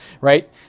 right